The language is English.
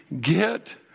Get